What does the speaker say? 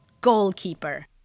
goalkeeper